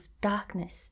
darkness